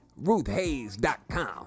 ruthhayes.com